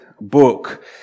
book